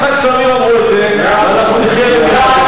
גם על יצחק שמיר אמרו את זה, ואנחנו נחיה ונראה.